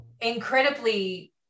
incredibly